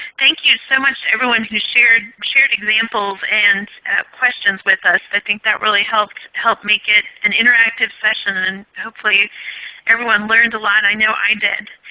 thank you so much everyone who shared shared examples and questions with us. i think that really helped helped make it an interactive session. hopefully everyone learned a lot. i know i did.